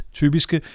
typiske